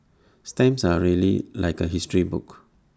stamps are really like A history book